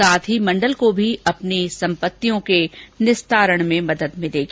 साथ ही मण्डल को भी अपनी सम्पत्तियों के निस्तारण में मदद मिलेगी